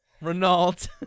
Renault